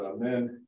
Amen